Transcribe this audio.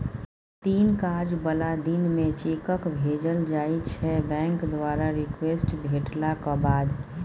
तीन काज बला दिन मे चेककेँ भेजल जाइ छै बैंक द्वारा रिक्वेस्ट भेटलाक बाद